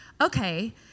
okay